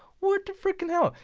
what the frkn and hell?